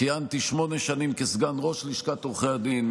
כיהנתי שמונה שנים כסגן ראש לשכת עורכי הדין,